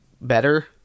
better